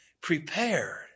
prepared